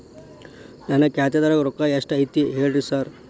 ನನ್ ಖಾತ್ಯಾಗ ರೊಕ್ಕಾ ಎಷ್ಟ್ ಐತಿ ಹೇಳ್ರಿ ಸಾರ್?